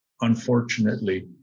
unfortunately